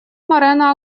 морено